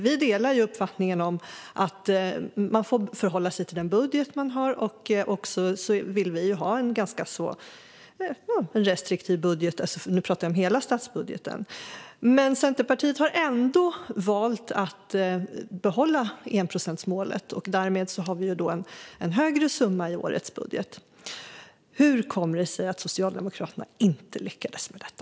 Vi delar uppfattning om att man får förhålla sig till rådande budget, och vi alla vill ha en restriktiv statsbudget. Centerpartiet har ändå valt att behålla enprocentsmålet, och därmed har vi en högre summa i årets budget. Hur kommer det sig att Socialdemokraterna inte lyckades med detta?